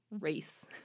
race